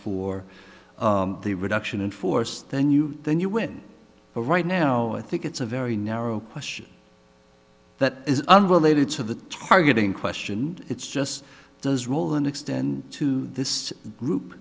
for the reduction in force then you then you win but right now i think it's a very narrow question that is unrelated to the targeting question it's just does roland extend to this group